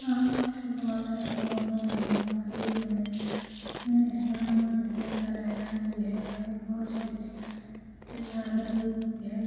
ہاں میں بہت سے ایسے لوگوں کو جانتی ہوں جنہوں نے اپنے اسلام کے لیے لڑائیاں کی ہیں اور بہت سی تجارت تجارت بھی کی ہے